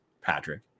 Patrick